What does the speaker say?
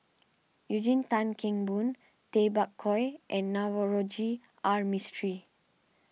Eugene Tan Kheng Boon Tay Bak Koi and Navroji R Mistri